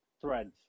threads